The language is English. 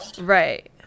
right